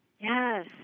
Yes